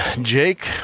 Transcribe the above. jake